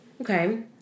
Okay